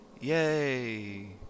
Yay